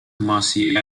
kumasi